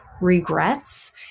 regrets